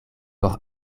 por